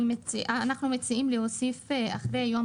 אנחנו מציעים להוסיף אחרי יום